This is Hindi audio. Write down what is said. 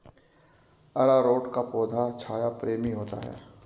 अरारोट का पौधा छाया प्रेमी होता है